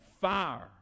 fire